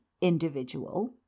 Individual